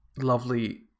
lovely